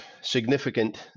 significant